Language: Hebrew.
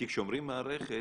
הכאב הוא כאב,